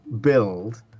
build